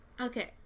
Okay